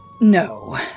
no